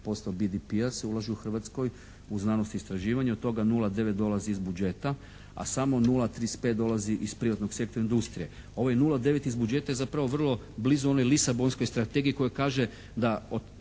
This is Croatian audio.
1,25% BDP-a se ulaže u Hrvatskoj u znanost i istraživanje, od toga 0,9 dolazi iz budžeta, a samo 0,35 dolazi iz privatnog sektora industrije. Ovih 0,9 iz budžeta je zapravo vrlo blizu one lisabonske strategije koja kaže da